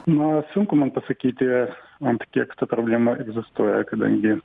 na sunku man pasakyti ant kiek ta problema egzistuoja kadangi